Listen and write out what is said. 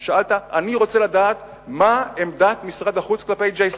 שאלת: אני רוצה לדעת מה עמדת משרד החוץ כלפי J Street.